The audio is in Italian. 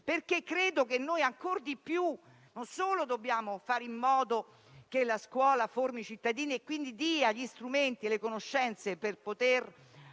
Perché credo che ancor di più dobbiamo fare in modo che la scuola formi i cittadini e dia gli strumenti e le conoscenze non solo